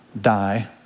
die